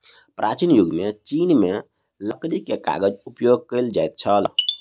प्राचीन युग में चीन में लकड़ी के कागज उपयोग कएल जाइत छल